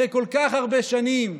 אחרי כל כך הרבה שנים,